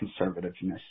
conservativeness